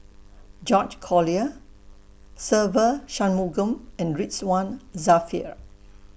George Collyer Se Ve Shanmugam and Ridzwan Dzafir